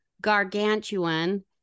gargantuan